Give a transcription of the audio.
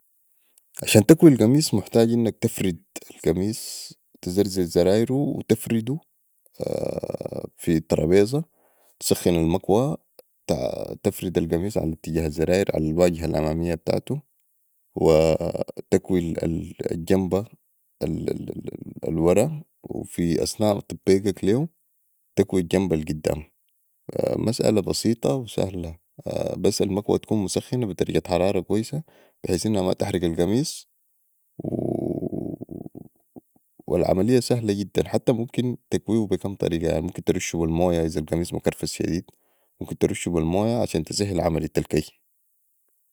عشان تكوي القميص محتاج انك تفرد القميص وتزرر زرايرو وتفردو في طربيزه وتسخن المكوه وتفرد القميص علي اتجاه الزراير علي الواجهه الامامية بتاعتو وتكوي الجمبه الورا وفي أثناء طبقك ليهو تكوي الواجهه القدام مسالة بسيطة وسهله بس المكوه تكون مسخنه بي درجة حرارة كويسه بحيث إنها ما تحرق القميص والعمليه ساهله جدا حتي ممكن تكويهو بي كم طريقة يعني ممكن ترشو بي المويه لو القميص مكرفس شديد ممكن ترشو بي المويه عشان تسهل عملية الكي